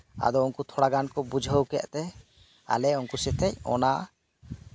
ᱟᱫᱚ ᱩᱱᱠᱩ ᱛᱷᱚᱲᱟ ᱠᱚ ᱵᱩᱡᱷᱟᱹᱣ ᱠᱮᱫ ᱛᱮ ᱟᱞᱮ ᱩᱱᱠᱩ ᱥᱟᱛᱮᱜ ᱚᱱᱟ